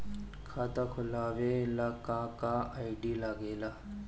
खाता खोलवावे ला का का आई.डी लागेला?